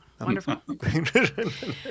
Wonderful